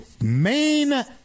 main